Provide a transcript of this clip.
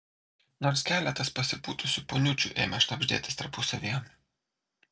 nors keletas pasipūtusių poniučių ėmė šnabždėtis tarpusavyje